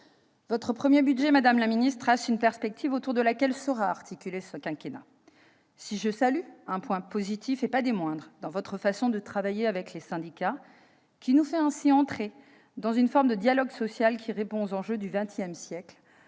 Votre premier budget, madame la ministre, trace une perspective autour de laquelle sera articulé ce quinquennat. Si je salue votre façon de travailler avec les syndicats, qui nous fait entrer dans une forme de dialogue social qui répond aux enjeux du XXI siècle-